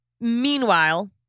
meanwhile